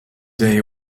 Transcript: day